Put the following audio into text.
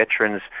veterans